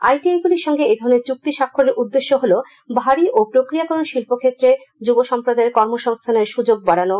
ITI গুলির সঙ্গে এ ধরনের চুক্তি স্বাক্ষরের উদ্দেশ্য হল ভারী ও প্রক্রিয়াকরণ শিল্প ক্ষেত্রে যুবসম্প্রদায়ের কর্মসংস্থানের সুযোগ বাড়ানো